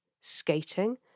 skating